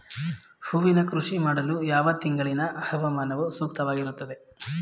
ಹೂವಿನ ಕೃಷಿ ಮಾಡಲು ಯಾವ ತಿಂಗಳಿನ ಹವಾಮಾನವು ಸೂಕ್ತವಾಗಿರುತ್ತದೆ?